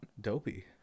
Dopey